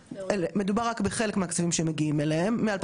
מ- 2016 זה היה סכומים יחסית נמוכים שהלכו